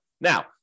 Now